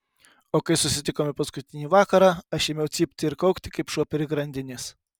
o kai susitikome paskutinį vakarą aš ėmiau cypti ir kaukti kaip šuo prie grandinės